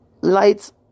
lights